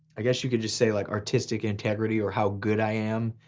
i guess you can just say like artistic integrity or how good i am,